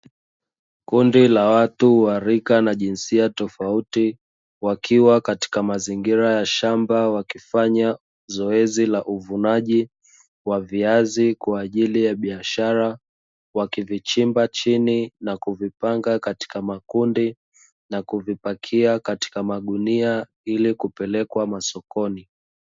Kundi la watu wa rika na jinsia tofauti, wakiwa katika mazingira ya shamba wakifanya zoezi la uvunaji wa viazi kwa ajili ya biashara, wakivichimba chini na kuvipanga katika makundi na kuvipakia katika magunia ili kupelekwa masokoni.